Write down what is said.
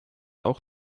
auch